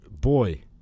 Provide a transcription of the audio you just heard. boy